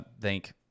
thank